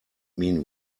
mean